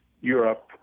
Europe